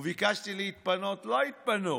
וביקשתי להתפנות, לא התפנו.